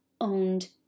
owned